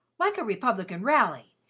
like a republican rally,